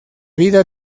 vida